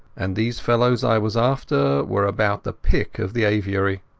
and these fellows i was after were about the pick of the aviary.